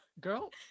girl